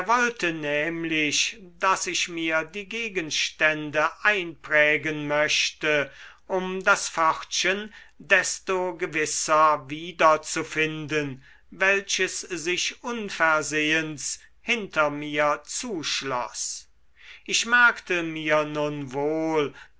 wollte nämlich daß ich mir die gegenstände einprägen möchte um das pförtchen desto gewisser wieder zu finden welches sich unversehens hinter mir zuschloß ich merkte mir nun wohl